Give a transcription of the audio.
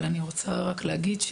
אבל אני רוצה להגיד,